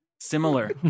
Similar